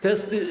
Testy.